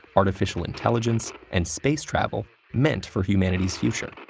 artificial intelligence, and space travel meant for humanity's future.